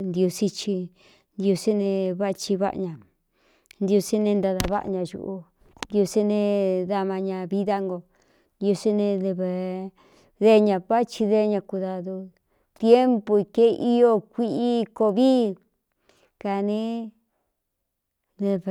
Ntiūsí ci ntisí ne váꞌci váꞌa ña ntiusé ne ntadā váꞌa ña ñuꞌu ntiuse ne dama ña vidá ngo ntiusé ne v de ña váachi dé ña kudadu tiempu ke ío kuiꞌí coovii kāne dv